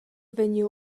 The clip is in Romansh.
vegniu